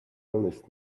honest